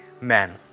men